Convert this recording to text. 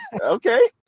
Okay